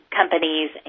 companies